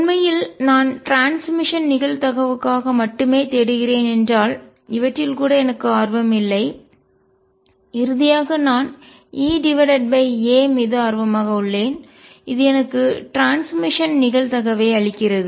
உண்மையில் நான் ட்ரான்ஸ்மிஷன் பரிமாற்றங்கள் நிகழ்தகவுக்காக மட்டுமே தேடுகிறேன் என்றால் இவற்றில் கூட எனக்கு ஆர்வம் இல்லை இறுதியாக நான் EA மீது ஆர்வமாக உள்ளேன் இது எனக்கு ட்ரான்ஸ்மிஷன் பரிமாற்றங்கள் நிகழ்தகவை அளிக்கிறது